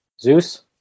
Zeus